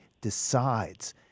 decides